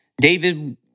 David